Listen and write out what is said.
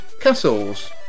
castles